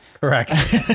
correct